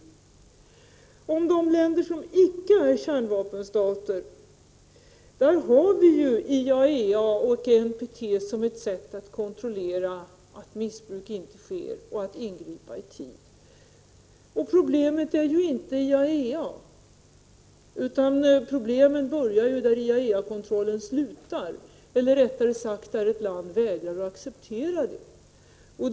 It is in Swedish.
För de länder som icke är kärnvapenstater har vi ju IAEA-kontrollen och NPT-fördraget för att kontrollera att missbruk inte sker och för att kunna ingripa i tid. Problemet är inte själva IAEA-kontrollen. Problemen börjar ju där IAEA slutar, eller rättare sagt när ett land vägrar att acceptera kontrollen.